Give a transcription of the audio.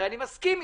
אני מסכים איתך.